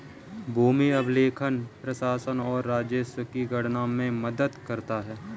भूमि अभिलेख प्रशासन और राजस्व की गणना में मदद करता है